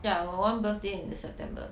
ya we all birthday in the september